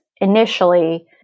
initially